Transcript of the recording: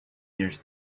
years